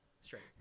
Straight